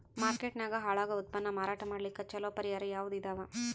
Market ನಾಗ ಹಾಳಾಗೋ ಉತ್ಪನ್ನ ಮಾರಾಟ ಮಾಡಲಿಕ್ಕ ಚಲೋ ಪರಿಹಾರ ಯಾವುದ್ ಇದಾವ?